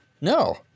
No